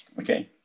Okay